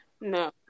no